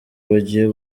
bagiye